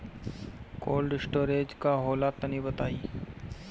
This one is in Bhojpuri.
कोल्ड स्टोरेज का होला तनि बताई?